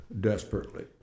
desperately